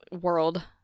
world